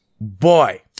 boy